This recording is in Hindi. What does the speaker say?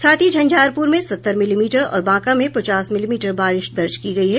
साथ ही झंझारपुर में सत्तर मिलीमीटर और बांका में पचास मिलीमीटर बारिश दर्ज की गयी है